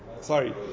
Sorry